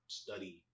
study